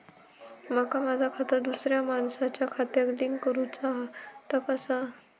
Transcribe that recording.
माका माझा खाता दुसऱ्या मानसाच्या खात्याक लिंक करूचा हा ता कसा?